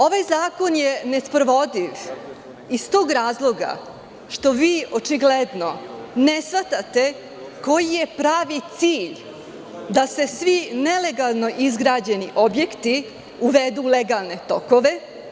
Ovaj zakon je nesprovodiv iz tog razloga što vi očigledno ne shvatate koji je pravi cilj da se svi nelegalno izgrađeni objekti uvedu u legalne tokove.